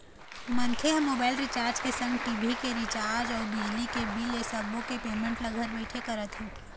मनखे ह mobile recharge के संग टी.भी के रिचार्ज अउ बिजली के बिल ऐ सब्बो के पेमेंट घर बइठे करत हे